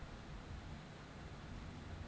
গাহাছ পালাকে লিয়ে লক যেমল চায় পিলেন্ট বিরডিং ক্যরে